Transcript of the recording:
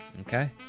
Okay